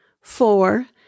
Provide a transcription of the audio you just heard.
Four